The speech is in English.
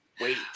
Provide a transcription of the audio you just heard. wait